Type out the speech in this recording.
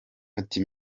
ati